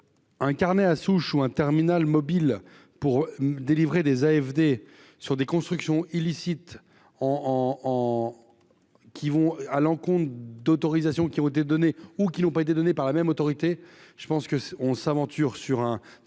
Un carnet à souches ou un terminal mobile pour délivrer des AFD sur des constructions illicites en qui vont à l'encontre d'autorisations qui ont été données, ou qui n'ont pas été donné par la même autorité, je pense que on s'aventure sur un